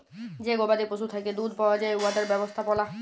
যে গবাদি পশুর থ্যাকে দুহুদ পাউয়া যায় উয়াদের ব্যবস্থাপলা